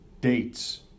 dates